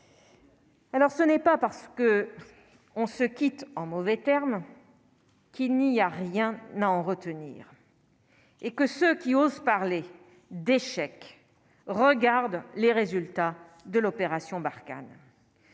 Alors ce n'est pas parce que on se quitte en mauvais termes. Qu'il n'y a rien n'à en retenir et que ceux qui osent parler d'échec, regarde les résultats de l'opération Barkhane